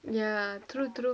ya true true